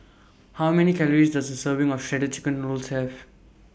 How Many Calories Does A Serving of Shredded Chicken Noodles Have